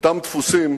אותם דפוסים,